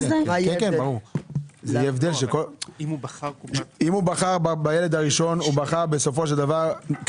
אם בחר בילד הראשון בסופו של דבר בבנק,